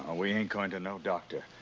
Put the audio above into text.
ah we ain't going to no doctor.